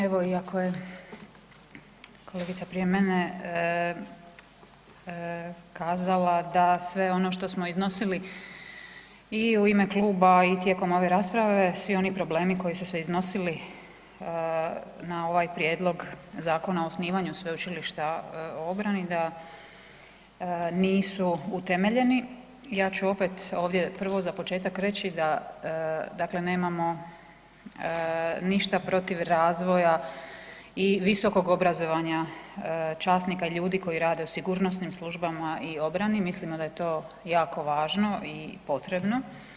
Evo iako je kolegica prije mene kazala da sve ono što smo iznosili i u ime kluba i tijekom ove rasprave, svi oni problemi koji su se iznosili na ovaj Prijedlog Zakona o osnivanju Sveučilišta o obrani da nisu utemeljeni, ja ću opet ovdje prvo za početak reći da dakle nemamo ništa protiv razvoja i visokog obrazovanja časnika i ljudi koji rade u sigurnosnim službama i obrani, mislimo da je to jako važno i potrebno.